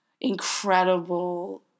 incredible